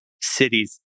cities